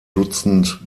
dutzend